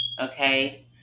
Okay